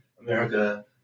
America